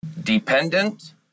dependent